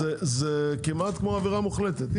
זה כמעט כמו עבירה מוחלטת.